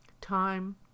time